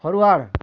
forward